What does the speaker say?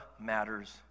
matters